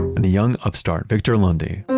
and the young upstart victor lundy,